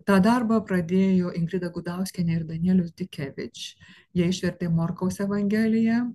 tą darbą pradėjo ingrida gudauskienė ir danielius dikevič jie išvertė morkaus evangeliją